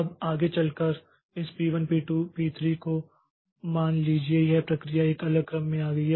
अब आगे चलकर इस P1 P2 P3 को मान लीजिए यह प्रक्रिया एक अलग क्रम में आ गई है